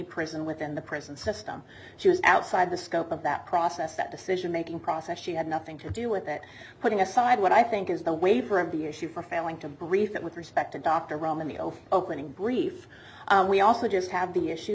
prison within the prison system she was outside the scope of that process that decision making process she had nothing to do with it putting aside what i think is the waiver of the issue for failing to brief it with respect to dr romeo opening brief we also just have the issue